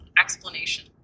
explanation